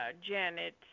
Janet